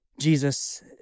Jesus